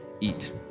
eat